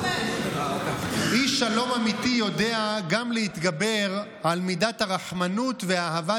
איש שלום אמיתי יודע גם להתגבר על מידת הרחמנות ואהבת